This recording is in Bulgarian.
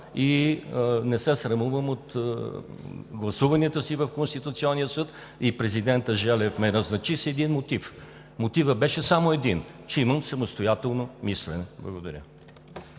и не се срамувам от гласуванията си в Конституционния съд. И президентът Желев ме назначи с един мотив – той беше само един, че имам самостоятелно мислене. Благодаря.